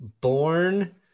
Born